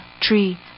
tree